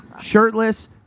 Shirtless